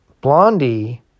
Blondie